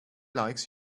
likes